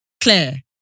Claire